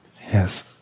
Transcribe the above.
Yes